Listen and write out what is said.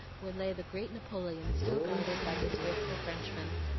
where lay the great napoleon still guarded by his faithful frenchmen.